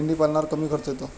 मेंढीपालनावर कमी खर्च येतो